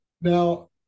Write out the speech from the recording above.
Now